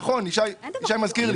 נכון, ישי מזכיר לי.